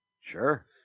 Sure